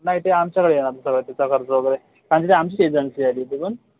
नाही ते आमच्याकडे येणार सगळं त्याचा खर्च वगैरे कारण तिथे आमचीच एजन्सी आहे तिथे पण